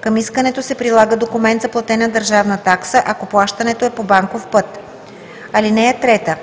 Към искането се прилага документ за платена държавна такса, ако плащането е по банков път. (3)